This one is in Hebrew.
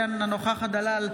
אינה נוכחת זאב אלקין,